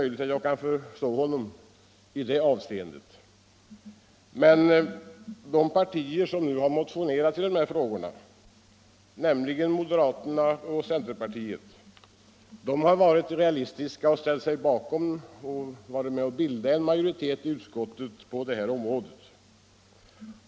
Jag kan förstå honom i det avseendet, men de partier som har motionerat i dessa frågor, moderaterna och centerpartiet, har varit realistiska och varit med om att bilda majoritet i utskottet på detta område.